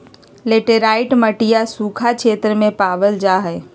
laterite मटिया सूखा क्षेत्र में पावल जाहई